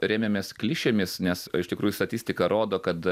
remiamės klišėmis nes iš tikrųjų statistika rodo kad